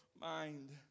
mind